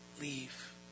leave